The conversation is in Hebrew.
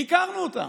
ביקרנו אותם,